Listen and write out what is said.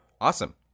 Awesome